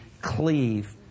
cleave